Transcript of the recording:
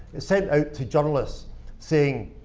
sent out to journalists saying